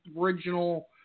original